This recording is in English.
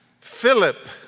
Philip